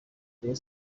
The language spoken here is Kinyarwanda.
rayon